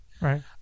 Right